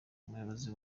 umuyobozi